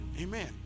Amen